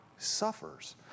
Suffers